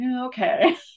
okay